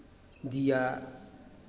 दिया